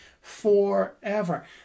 forever